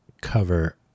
cover